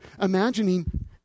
imagining